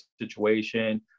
situation